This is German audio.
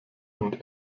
und